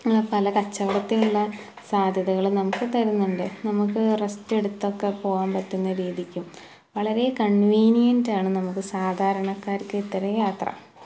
പല കച്ചവടത്തിനുള്ള സാധ്യതകൾ നമുക്ക് തരുന്നുണ്ട് നമുക്ക് റെസ്റ്റ് എടുത്തൊക്കെ പോകാൻ പറ്റുന്ന രീതിക്കും വളരെ കൺവീനിയെന്റ ആണ് നമുക്ക് സാധാരണക്കാർക്ക് ഇത്തരം യാത്ര